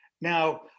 Now